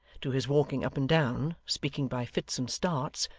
to his walking up and down, speaking by fits and starts,